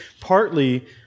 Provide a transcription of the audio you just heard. partly